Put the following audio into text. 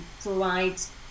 provides